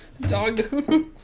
Dog